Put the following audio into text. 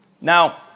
Now